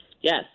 Yes